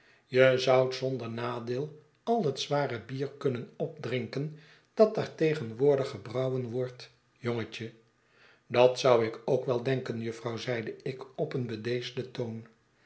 je zoudt zonder nadeel al het zware bier kunnen opdrinken dat daar tegenwoordig gebrouwen wordt jongetje dat zou ik ook wel denken jufvrouw zeide ik op een bedeesden toon